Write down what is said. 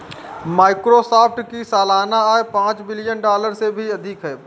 Microsoft की सालाना आय पांच बिलियन डॉलर से भी अधिक है